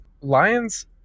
lions